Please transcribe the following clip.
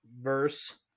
verse